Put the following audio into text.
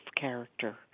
character